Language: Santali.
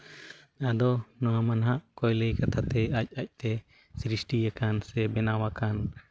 ᱟᱫᱚ ᱱᱚᱣᱟᱢᱟ ᱦᱟᱸᱜ ᱚᱠᱚᱭ ᱞᱟᱹᱭ ᱠᱟᱛᱷᱟᱛᱮ ᱟᱡᱼᱟᱡᱛᱮ ᱥᱨᱤᱥᱴᱤ ᱟᱠᱟᱱ ᱥᱮ ᱵᱮᱱᱟᱣ ᱟᱠᱟᱱ